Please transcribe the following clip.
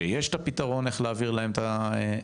שיש את הפתרון איך להעביר להם את הפנסיות,